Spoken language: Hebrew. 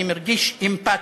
אני מרגיש אמפתיה,